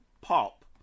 pop